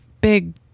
big